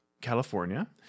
California